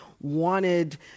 wanted